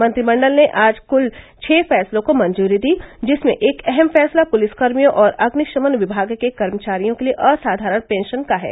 मंत्रिमंडल ने आज कल छह फैसलों को मंजूरी दी जिसमें एक अहम फैसला पुलिस कर्मियों और अग्निशमन विभाग के कर्मचारियों के लिये असाधारण पेंशन का है